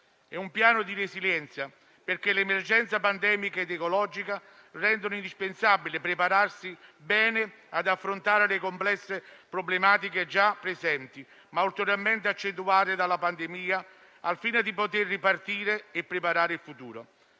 È un piano di resilienza, perché l'emergenza pandemica ed ecologica rende indispensabile prepararsi bene ad affrontare le complesse problematiche, già presenti, ma ulteriormente accentuate dalla pandemia, al fine di poter ripartire e preparare il futuro.